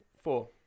Four